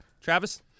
Travis